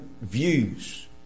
views